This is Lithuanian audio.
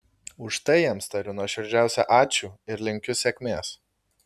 už tai jiems tariu nuoširdžiausią ačiū ir linkiu sėkmės